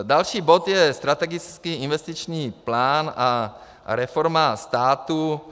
Další bod je strategický investiční plán a reforma státu.